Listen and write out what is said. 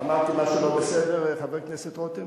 אמרתי משהו לא בסדר, חבר הכנסת רותם?